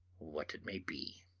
what it may be.